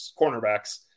cornerbacks